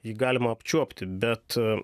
jį galima apčiuopti bet